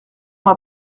mois